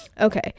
okay